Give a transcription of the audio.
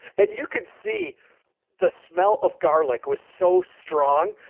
and you could see the smell of garlic was so strong.